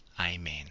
Amen